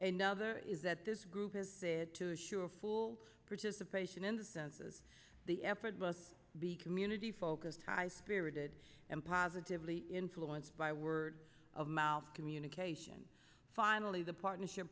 and other is that this group has said to assure full participation in the census the effort must be community focused high spirited and positively influenced by word of mouth communication finally the partnership